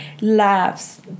laughs